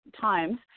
times